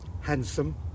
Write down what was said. handsome